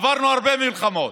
עברנו הרבה מלחמות,